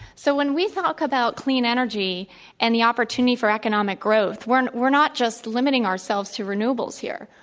so when we talk about clean energy and the opportunity for economic growth we're and we're not just limiting ourselves to renewables here.